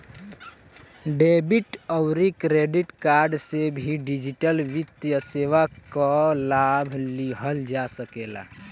debit अउरी credit card से भी डिजिटल वित्तीय सेवा कअ लाभ लिहल जा सकेला